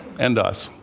and us.